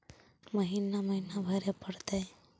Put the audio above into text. महिना महिना भरे परतैय?